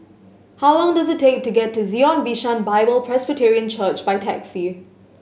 how long does it take to get to Zion Bishan Bible Presbyterian Church by taxi